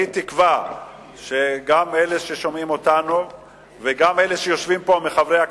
אני תקווה שגם אלה ששומעים אותנו וגם אלה שיושבים פה מחברי הכנסת,